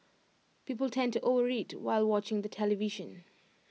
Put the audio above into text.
people tend to overeat while watching the television